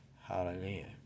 hallelujah